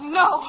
no